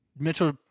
Mitchell